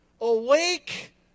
awake